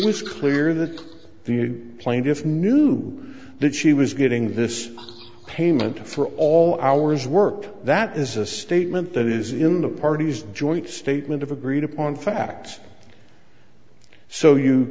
was clear that the plaintiff knew that she was getting this payment for all hours worked that is a statement that is in the party's joint statement of agreed upon facts so you